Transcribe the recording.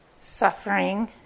suffering